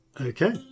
Okay